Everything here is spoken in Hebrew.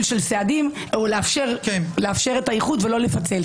של סעדים או לאפשר את האיחוד ולא לפצל.